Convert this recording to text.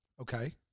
Okay